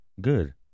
Good